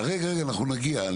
רגע, אנחנו נגיע.